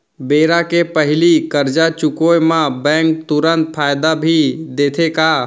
बेरा के पहिली करजा चुकोय म बैंक तुरंत फायदा भी देथे का?